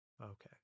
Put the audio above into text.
Okay